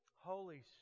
Holy